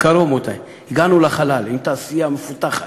מקרוב, הגענו לחלל עם תעשייה מפותחת,